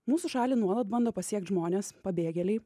mūsų šalį nuolat bando pasiekt žmonės pabėgėliai